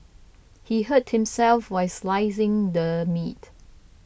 he hurt himself while slicing the meat